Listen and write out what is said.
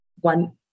one